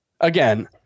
again